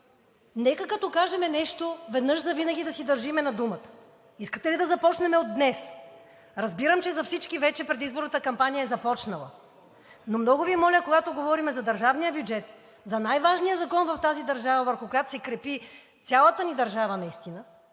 Нека като кажем нещо, веднъж завинаги, да си държим на думата! Искате ли да започнем от днес? Разбирам, че за всички вече предизборната кампания е започнала, но много Ви моля, когато говорим за държавния бюджет – за най-важния закон в държавата, върху който наистина се крепи цялата ни държава, да не